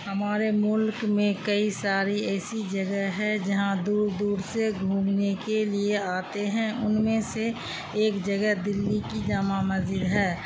ہمارے ملک میں کئی ساری ایسی جگہ ہے جہاں دور دور سے گھومنے کے لیے آتے ہیں ان میں سے ایک جگہ دلّی کی جامع مسجد ہے